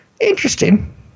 Interesting